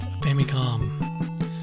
Famicom